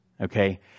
okay